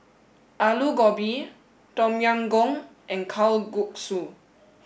Alu Gobi Tom Yam Goong and Kalguksu